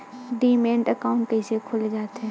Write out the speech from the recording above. Demat account कइसे खोले जाथे?